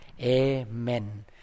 Amen